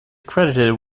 credited